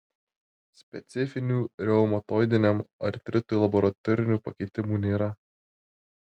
specifinių reumatoidiniam artritui laboratorinių pakitimų nėra